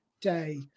day